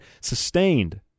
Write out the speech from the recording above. Sustained